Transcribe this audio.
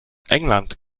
england